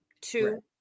Two